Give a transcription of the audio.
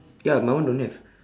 ya my one don't have